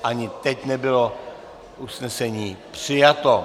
Ani teď nebylo usnesení přijato.